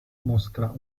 mostra